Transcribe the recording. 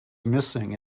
missing